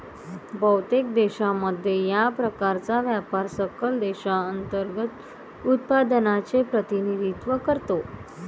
बहुतेक देशांमध्ये, या प्रकारचा व्यापार सकल देशांतर्गत उत्पादनाचे प्रतिनिधित्व करतो